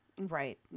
Right